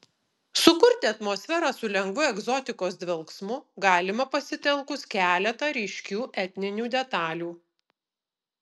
sukurti atmosferą su lengvu egzotikos dvelksmu galima pasitelkus keletą ryškių etninių detalių